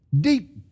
deep